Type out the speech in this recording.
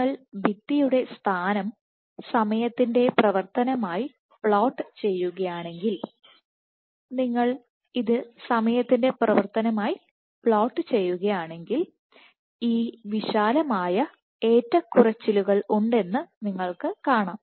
നിങ്ങൾ ഭിത്തിയുടെ സ്ഥാനം സമയത്തിന്റെ പ്രവർത്തനമായി പ്ലോട്ട് ചെയ്യുകയാണെങ്കിൽ നിങ്ങൾ ഇത് സമയത്തിന്റെ പ്രവർത്തനമായി പ്ലോട്ട് ചെയ്യുകയാണെങ്കിൽ ഈ വിശാലമായ ഏറ്റക്കുറച്ചിലുകൾ ഉണ്ടെന്ന് നിങ്ങൾക്ക് കാണാം